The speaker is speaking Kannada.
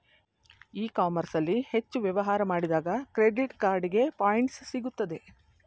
ಇ ಕಾಮರ್ಸ್ ಅಲ್ಲಿ ಹೆಚ್ಚು ವ್ಯವಹಾರ ಮಾಡಿದಾಗ ಕ್ರೆಡಿಟ್ ಕಾರ್ಡಿಗೆ ಪಾಯಿಂಟ್ಸ್ ಸಿಗುತ್ತದೆ